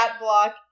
block